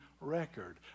record